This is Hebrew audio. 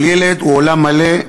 כל ילד הוא עולם מלא,